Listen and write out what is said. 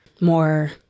more